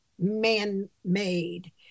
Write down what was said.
man-made